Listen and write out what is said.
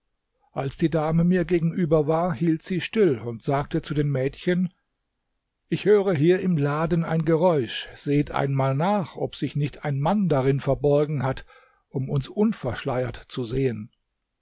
als die dame mir gegenüber war hielt sie still und sagte zu den mädchen ich höre hier im laden ein geräusch seht einmal nach ob sich nicht ein mann darin verborgen hat um uns unverschleiert zu sehen